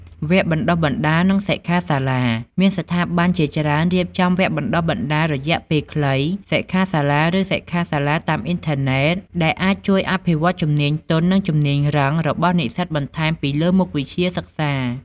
វគ្គបណ្ដុះបណ្ដាល និងសិក្ខាសាលា: មានស្ថាប័នជាច្រើនរៀបចំវគ្គបណ្ដុះបណ្ដាលរយៈពេលខ្លី សិក្ខាសាលា ឬសិក្ខាសាលាតាមអ៊ីនធឺណេត ដែលអាចជួយអភិវឌ្ឍជំនាញទន់ និងជំនាញរឹង របស់និស្សិតបន្ថែមពីលើមុខវិជ្ជាសិក្សា។